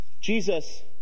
jesus